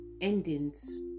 endings